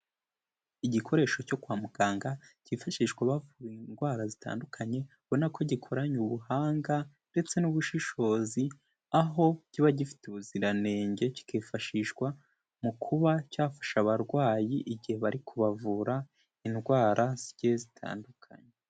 Igikoresho cyo kwa muganga cyifashishwa bavura indwara zitandukanye, ubona ko gikoranye ubuhanga ndetse n'ubushishozi, aho kiba gifite ubuziranenge, kikifashishwa mu kuba cyafasha abarwayi igihe bari kubavura indwara zigiye zitandukanye.